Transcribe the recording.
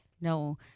No